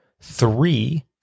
three